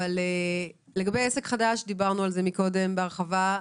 לגבי עסק חדש, דיברנו על זה קודם בהרחבה.